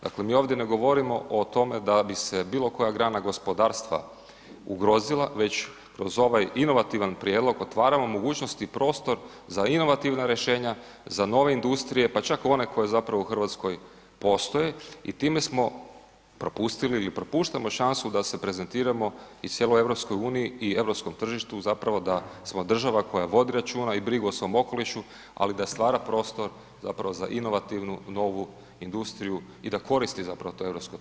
Dakle mi ovdje ne govorimo o tome da bi se bilokoja grana gospodarstva ugrozila već kroz ovaj inovativan prijedlog, otvaramo mogućnost i prostor za inovativna rješenja za nove industrije pa čak one koje zapravo u Hrvatskoj postoje i time smo propustili ili propuštamo šansu da se prezentiramo i cijeloj EU i europskom tržištu zapravo da smo država koja vodi računa i brigu o svom okolišu ali i da stvara prostor zapravo za inovativnu i novu industriju i da koristi zapravo to europsko tržište.